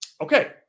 okay